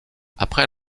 après